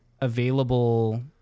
available